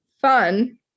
fun